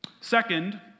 Second